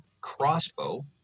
Crossbow